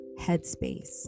headspace